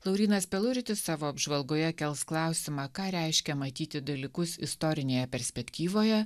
laurynas peluritis savo apžvalgoje kels klausimą ką reiškia matyti dalykus istorinėje perspektyvoje